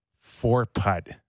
four-putt